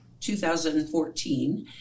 2014